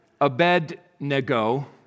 Abednego